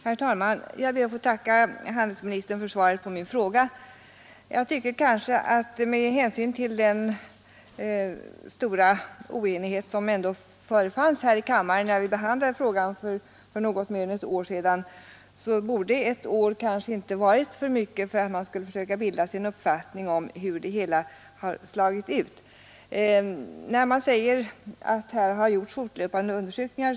Herr talman! Jag ber att få tacka handelsministern för svaret på min fråga. Med hänsyn till den stora oenighet som ändå förefanns här i kammaren när vi för något mer än ett år sedan behandlade frågan om affärstiderna tycker jag att ett år inte borde ha varit för kort tid för att man skulle försöka bilda sig en uppfattning om hur det hela har slagit ut. Det sägs att det har gjorts fortlöpande undersökningar.